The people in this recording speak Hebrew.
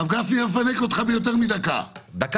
בבקשה.